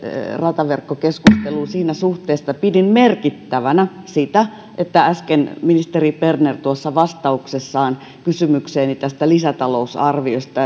rataverkkokeskusteluun siinä suhteessa että pidin merkittävänä sitä että äsken ministeri berner vastauksessaan kysymykseeni lisäta lousarviosta